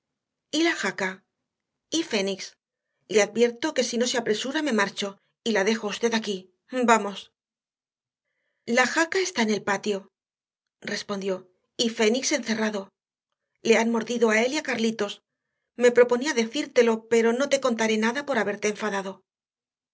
la jaca y fénix le advierto que si no se apresura me marcho y la dejo a usted aquí vamos la jaca está en el patio respondió y fénix encerrado le han mordido a él y a carlitos me proponía decírtelo pero no te contaré nada por haberte enfadado